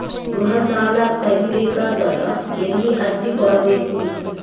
ಗೃಹ ಸಾಲಾ ತಗಿ ಬೇಕಾದರ ಎಲ್ಲಿ ಅರ್ಜಿ ಕೊಡಬೇಕು?